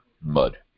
mud